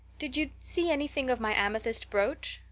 did you see anything of my amethyst brooch?